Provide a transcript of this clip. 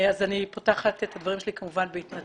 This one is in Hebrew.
אז אני פותחת את הדברים שלי כמובן בהתנצלות.